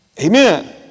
Amen